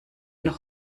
noch